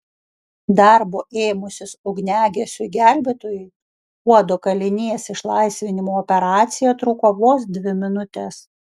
darbo ėmusis ugniagesiui gelbėtojui puodo kalinės išlaisvinimo operacija truko vos dvi minutes